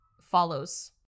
follows